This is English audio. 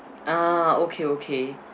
ah okay okay